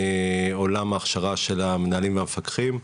עולם ההכשרה של המנהלים והמפקחים,